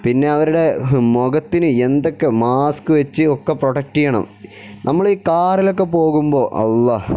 പിന്നെ അവരുടെ മുഖത്തിന് എന്തൊക്കെ മാസ്ക് വച്ചു ഒക്കെ പ്രൊട്ടക്റ്റ ചെയ്യണം നമ്മൾ ഈ ഈ കാറിലൊക്കെ പോകുമ്പോൾ അല്ല